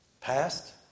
past